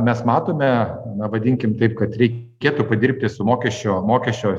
mes matome na vadinkim taip kad reikėtų padirbti su mokesčio mokesčio